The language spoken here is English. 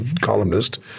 columnist